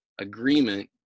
agreement